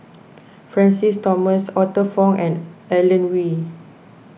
Francis Thomas Arthur Fong and Alan Oei